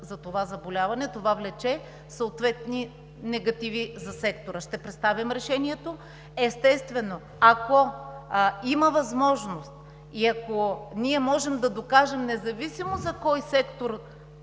за това заболяване. Това влече съответни негативи за сектора, ще представим решението. Естествено, ако има възможност и ако ние можем да докажем – независимо за кой сектор